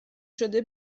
شده